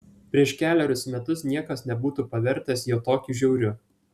prieš kelerius metus niekas nebūtų pavertęs jo tokiu žiauriu